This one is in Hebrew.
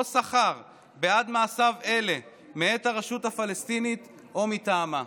שכר בעד מעשיו אלה מאת הרשות הפלסטינית או מטעמה.